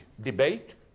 debate